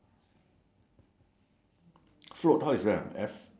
II have no idea it's it's it's it's it's a kind of A